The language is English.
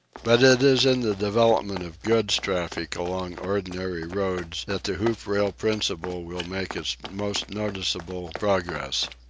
but it is in the development of goods traffic along ordinary roads that the hoop-rail principle will make its most noticeable progress.